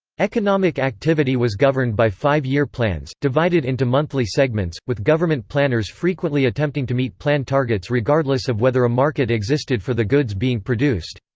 economic activity was governed by five year plans, divided into monthly segments, with government planners frequently attempting to meet plan targets regardless of whether a market existed for the goods being produced.